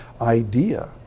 idea